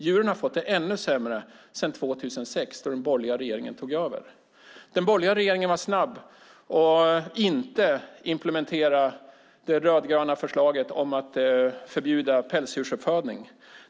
Djuren har fått det ännu sämre sedan 2006, då den borgerliga regeringen tog över. Den borgerliga regeringen var snabb med att inte implementera det rödgröna förslaget om att förbjuda pälsdjursuppfödning.